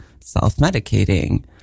self-medicating